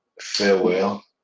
farewell